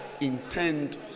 intend